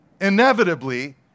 inevitably